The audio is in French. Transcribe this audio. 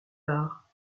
tard